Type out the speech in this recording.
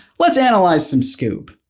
let's analyze some scoob,